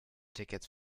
tickets